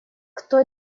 кто